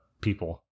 people